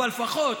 אבל לפחות,